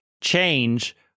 change